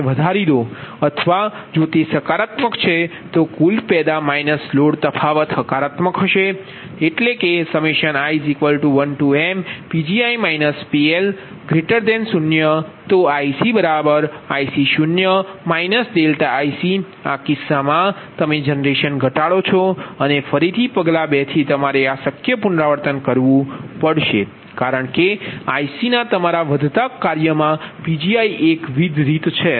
અથવા જો તે સકારાત્મક છે તો કુલ પેદા માઇનસ લોડ તફાવત હકારાત્મક છે i 1mPgi PL 0 તો IC IC0 ∆IC આ કિસ્સામાં તમે જનરેશન ઘટાડો છો અને ફરીથી પગલા 2 થી તમારે આ શક્ય પુનરાવર્તન કરવું પડશે કારણ કે IC ના તમારા વધતા કાર્યમાં Pgi એકવિધ રીતે છે